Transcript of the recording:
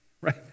right